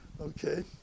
Okay